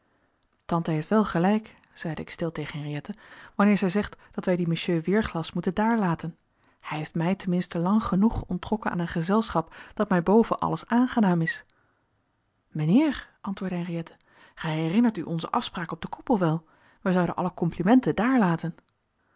tante heeft wel gelijk zeide ik stil tegen henriëtte wanneer zij zegt dat wij dien monsieur weerglas moeten daarlaten hij heeft mij ten minste lang genoeg onttrokken aan een gezelschap dat mij boven alles aangenaam is mijnheer antwoordde henriëtte gij herinnert u onze afspraak op den koepel wel wij zouden alle complimenten